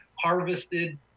harvested